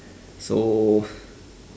so